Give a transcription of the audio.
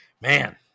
Man